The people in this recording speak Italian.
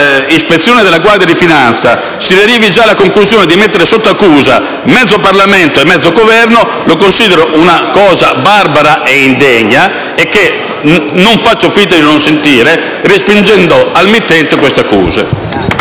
ispezione della Guardia di finanza, si arrivi già alla conclusione di mettere sotto accusa mezzo Parlamento e mezzo Governo, la considero una cosa barbara e indegna. Non faccio finta di non sentire, respingendo al mittente queste accuse.